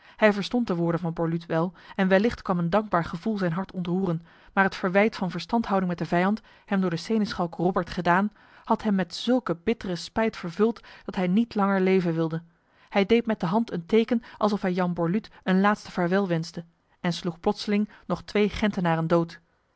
hij verstond de woorden van borluut wel en wellicht kwam een dankbaar gevoel zijn hart ontroeren maar het verwijt van verstandhouding met de vijand hem door de seneschalk robert gedaan had hem met zulke bittere spijt vervuld dat hij niet langer leven wilde hij deed met de hand een teken alsof hij jan borluut een laatste vaarwel wenste en sloeg plotseling nog twee gentenaren dood